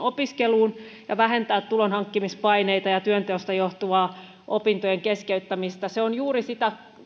opiskeluun ja vähentää tulonhankkimispaineita ja työnteosta johtuvaa opintojen keskeyttämistä se on juuri sitä